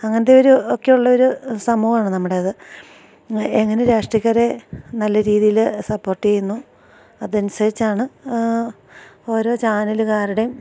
അങ്ങനെയൊക്കെയുള്ളൊരു സമൂഹമാണ് നമ്മുടേത് എങ്ങനെ രാഷ്ട്രീയക്കാരെ നല്ല രീതിയില് സപ്പോർട്ട് ചെയ്യുന്നു അതനുസരിച്ചാണ് ഓരോ ചാനലുകാരുടെയും